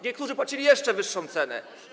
Niektórzy płacili jeszcze wyższą cenę.